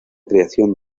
creación